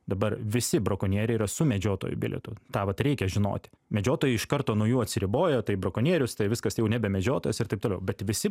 dabar visi brakonieriai yra su medžiotojo bilietu tą vat reikia žinoti medžiotojai iš karto nuo jų atsiribojo tai brakonierius tai viskas jau nebe medžiotojas ir taip toliau bet visi